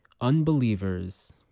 unbelievers